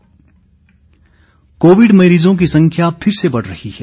Covid संदेश COVID मरीजों की संख्या फिर से बढ़ रही है